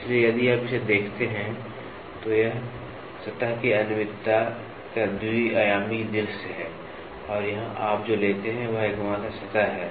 इसलिए यदि आप इसे देखते हैं तो यह सतह की अनियमितता का द्वि आयामी दृश्य है और यहां आप जो लेते हैं वह एकमात्र सतह है